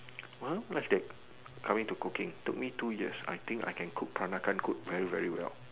well less than coming to cooking took me two years I think I can cook peranakan food very very well